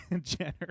Jenner